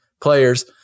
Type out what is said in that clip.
players